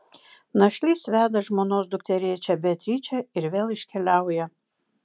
našlys veda žmonos dukterėčią beatričę ir vėl iškeliauja